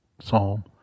psalm